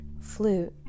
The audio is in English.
flute